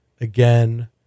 again